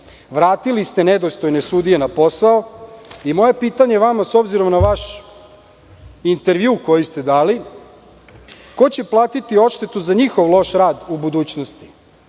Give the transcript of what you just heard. Vratili ste nedostojne sudije na posao. Moje pitanje vama, s obzirom na vaš intervju koji ste dali, ko će platiti odštetu za njihov loš rad u budućnosti?